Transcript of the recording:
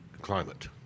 climate